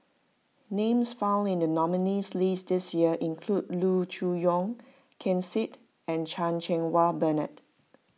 names found in the nominees' list this year include Loo Choon Yong Ken Seet and Chan Cheng Wah Bernard